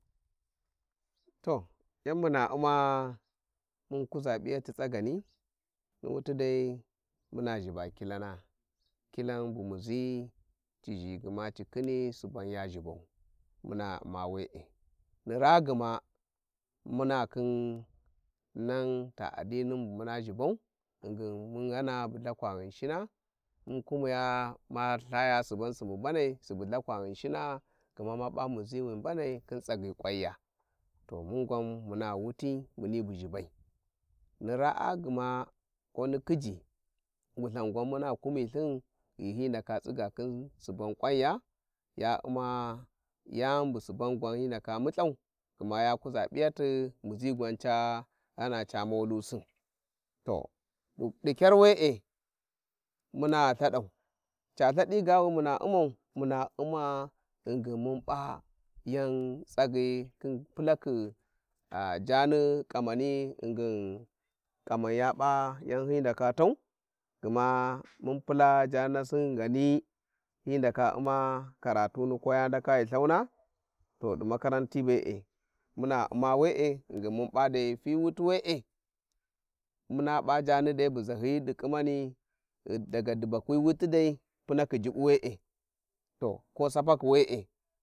﻿To yan muna Uma mun kuza pigstilsagani ni wuti dai muna zhiba kilana, kitan bu muzi ci zhi gma çi khini Subanya zhibau, muna u`ma we`e, ni raa gma muna khin nan ta adinin bumuna zhibau ghinjin mun ghana bu Lhakur Ghinshina, mun kumiya ma Ithaya suban subu mbanai Lhakwa Ghinshina gma ma ba muzi wi mbanai khin tsagyi kawaniya to mun gwan muna wuti mini bu ghibai ni raa gma ko ni khiji wulthan gwan muna kumirji lthin ghi hi ndaka tsiga khin suban kwanya ya u'ma-yani busuban gwan hi ndaka multhan gma ya kuza p`iyate to dikysi muns hadan caitthadi 99 wr Inun iniqu Mun Uima ghingin. mun pla & jan tragyi khin pulakhi-sh-jisni ngin kamen ja p's yan hi Kamani ghingin ndaka tau gma mun pula jaani nasi ghani bhi ndaka u`ma karatuna ko ya wuti ghi lthaung to di Makarantai be`e mun u`ma we`e ghingin mun p's dai fyi wuta we`e mun pa jaani, dai buzahyiyi di khingui ghi-daga dubakhi wuti dai pungkhi jubb we`e to ko sapakhi we`e